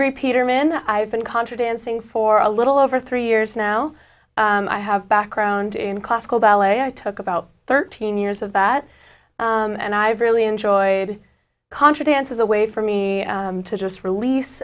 peter man i've been contra dancing for a little over three years now i have a background in classical ballet i took about thirteen years of that and i've really enjoyed contra dance as a way for me to just release